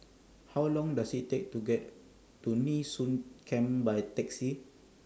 How Long Does IT Take to get to Nee Soon Camp By Taxi